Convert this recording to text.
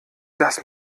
das